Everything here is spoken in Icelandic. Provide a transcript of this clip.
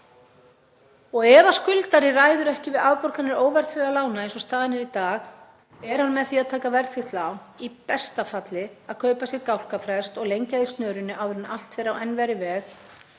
Og ef skuldarinn ræður ekki við afborganir óverðtryggðra lána eins og staðan er í dag er hann með því að taka verðtryggt lán í besta falli að kaupa sér gálgafrest og lengja í snörunni áður en allt fer á enn verri veg.